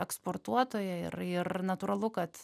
eksportuotoja ir ir natūralu kad